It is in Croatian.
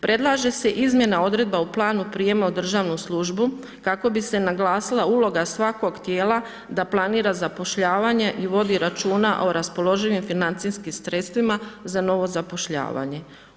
Predlaže se izmjena odredbe u planu prijema u državnu službu, kako bi se naglasila uloga svakog tijela, da planira zapošljavanje i vodi računa o raspoloživim financijskim sredstvima za novo zapošljavanje.